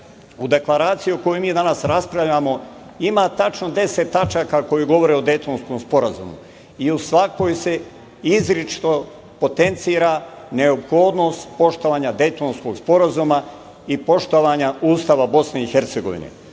u deklaraciji o kojoj mi danas raspravljamo ima tačno deset tačaka koje govore o Dejtonskom sporazumu i u svakoj se izričito potencira neophodnost poštovanja Dejtonskog sporazuma i poštovanja Ustava BiH.S